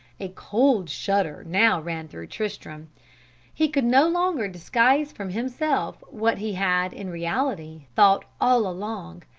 a cold shudder now ran through tristram he could no longer disguise from himself what he had in reality thought all along,